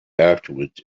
afterward